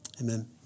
Amen